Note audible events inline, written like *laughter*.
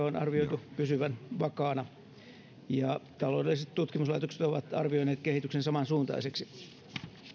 *unintelligible* on arvioitu pysyvän vakaana ja taloudelliset tutkimuslaitokset ovat arvioineet kehityksen samansuuntaiseksi